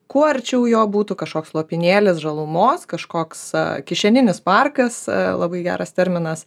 kuo arčiau jo būtų kažkoks lopinėlis žalumos kažkoks kišeninis parkas labai geras terminas